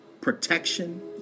protection